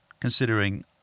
considering